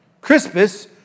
Crispus